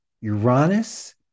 Uranus